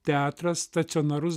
teatras stacionarus